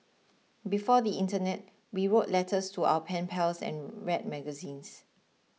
before the internet we wrote letters to our pen pals and read magazines